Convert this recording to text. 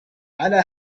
على